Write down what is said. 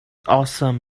awesome